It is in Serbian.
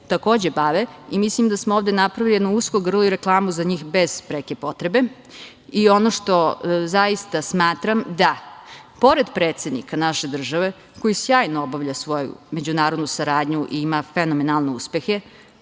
time bave i mislim da smo ovde napravili jedno usko grlo i reklamu za njih bez preke potrebe? Ono što zaista smatram da pored predsednika naše države, koji sjajno obavlja svoju međunarodnu saradnju i ima fenomenalne uspehe,